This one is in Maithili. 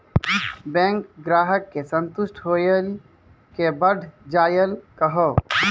बैंक ग्राहक के संतुष्ट होयिल के बढ़ जायल कहो?